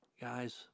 Guys